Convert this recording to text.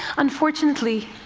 unfortunately,